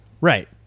Right